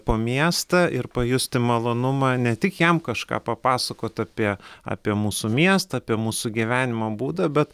po miestą ir pajusti malonumą ne tik jam kažką papasakot apie apie mūsų miestą apie mūsų gyvenimo būdą bet